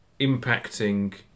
impacting